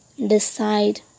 Decide